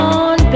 on